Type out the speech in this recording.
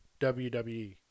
WWE